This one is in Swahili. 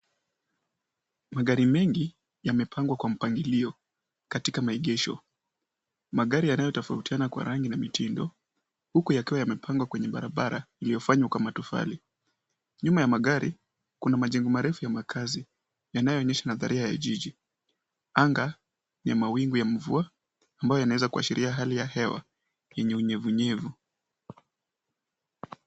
Magari mengi yamepangwa kwa mpangilio katika maegesho. Magari yanayotofautiana kwa rangi na mitindo huku yakiwa yamepangwa kwenye barabara iliyofanywa kwa matofali. Nyuma ya magari kuna majengo marefu ya makaazi yanayoonyesha nadharia ya jiji. Anga ni yaa mawingu ya mvua ambayo yanaweza kuashiria hali ya hewa yenye unyevunyevu.